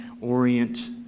orient